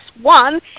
one